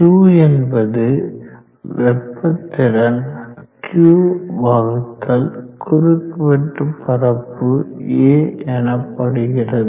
q என்பது வெப்பத்திறன் Q வகுத்தல் குறுக்குவெட்டு பரப்பு A எனப்படுகிறது